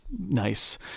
nice